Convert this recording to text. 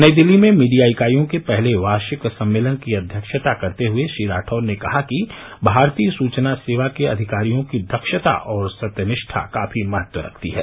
नई दिल्ली में मीडिया इकाइयों के पहले वार्षिक सम्मेलन की अध्यक्षता करते हुए श्री राठौर ने कहा कि भारतीय सूचना सेवा के अधिकारियों की दक्षता और सत्यनिष्ठा काफी महत्व रखती हैं